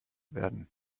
werden